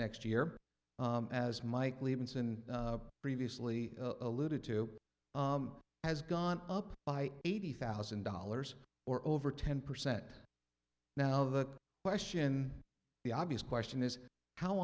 next year as mike lee vinson previously alluded to has gone up by eighty thousand dollars or over ten percent now the question the obvious question is how